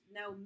no